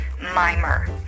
mimer